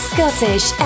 Scottish